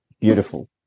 beautiful